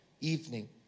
evening